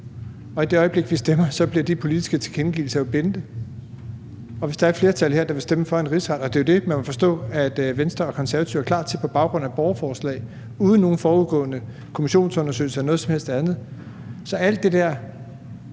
og i det øjeblik, vi stemmer, bliver de politiske tilkendegivelser jo bindende. Og hvis der er et flertal her, der vil stemme for en rigsret, og det er det, man må forstå Venstre og Konservative er klar til på baggrund af et borgerforslag uden nogen forudgående kommissionsundersøgelser eller noget som helst andet, vil alt det der,